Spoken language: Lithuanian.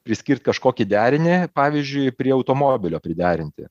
priskirt kažkokį derinį pavyzdžiui prie automobilio priderinti